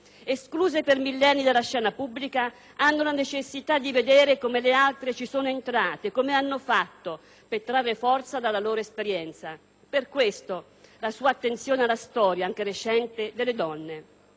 Escluse per millenni dalla scena pubblica, hanno la necessità di vedere come le altre ci sono entrate, come hanno fatto, per trarre forza dalla loro esperienza. A questo si ascrive la sua attenzione alla storia, anche recente, delle donne.